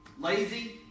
Lazy